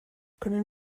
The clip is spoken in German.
können